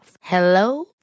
Hello